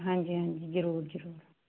ਹਾਂਜੀ ਹਾਂਜੀ ਜ਼ਰੂਰ ਜ਼ਰੂਰ